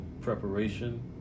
preparation